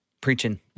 preaching